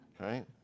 right